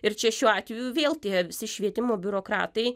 ir čia šiuo atveju vėl tie visi švietimo biurokratai